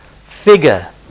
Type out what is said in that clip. figure